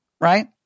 right